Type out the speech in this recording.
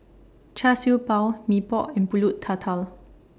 Char Siew Bao Mee Pok and Pulut Tatal